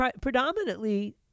predominantly